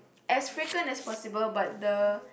as frequent as possible but the